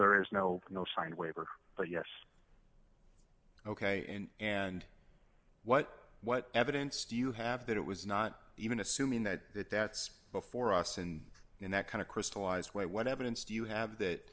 there is no no signed waiver but yes ok and what what evidence do you have that it was not even assuming that it that's before us and in that kind of crystallized way what evidence do you have that